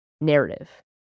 narrative